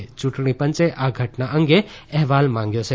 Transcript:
યૂંટણી પંચે આ ઘટના અંગે અહેવાલ માંગ્યો છે